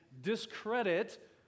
discredit